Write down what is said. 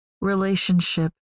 relationship